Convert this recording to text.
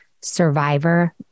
Survivor